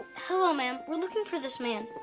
hello ma'am, we're looking for this man.